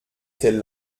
était